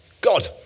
God